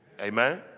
Amen